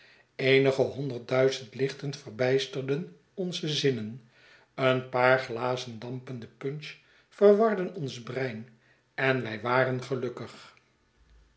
eenige honderd duizend lichten verbijsterden onze zinnen een paar glazen dampende punch verwarden ons brein en wij waren gelukkig